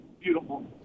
Beautiful